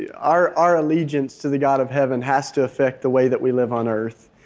yeah our our allegiance to the god of heaven has to affect the way that we live on earth.